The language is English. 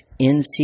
NC